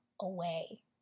away